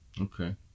Okay